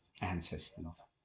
ancestors